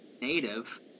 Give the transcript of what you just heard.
native